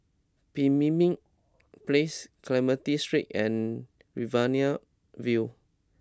Pemimpin Place Clementi Street and Riverina View